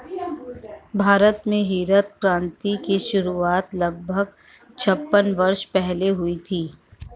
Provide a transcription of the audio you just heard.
भारत में हरित क्रांति की शुरुआत लगभग छप्पन वर्ष पहले हुई थी